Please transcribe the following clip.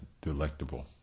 delectable